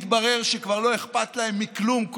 מתברר שכבר לא אכפת להם מכלום,